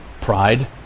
Pride